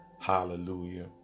Hallelujah